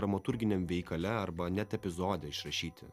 dramaturginiam veikale arba net epizode išrašyti